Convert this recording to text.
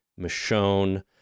Michonne